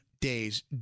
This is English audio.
days